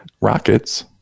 Rockets